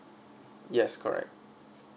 yes correct